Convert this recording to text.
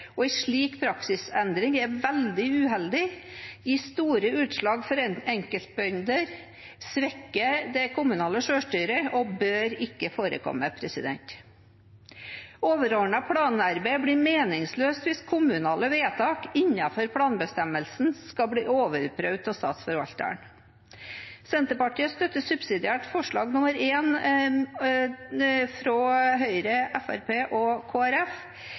og en slik praksisendring er veldig uheldig. Det gir store utslag for enkeltbønder, svekker det kommunale selvstyret og bør ikke forekomme. Overordnet planarbeid blir meningsløst hvis kommunale vedtak innenfor planbestemmelsen skal bli overprøvd av Statsforvalteren. Senterpartiet støtter subsidiært forslag nr. 1, fra Høyre, Fremskrittspartiet og